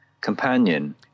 companion